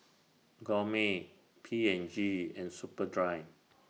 Gourmet P and G and Superdry